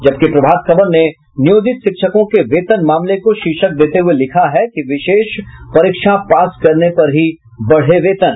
जबकि प्रभात खबर ने नियोजित शिक्षकों के वेतन मामले को शीर्षक देते हुये लिखा है कि विशेष परीक्षा पास करने पर ही बढ़े वेतन